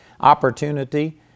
opportunity